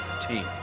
team